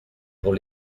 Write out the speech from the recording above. pour